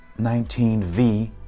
19V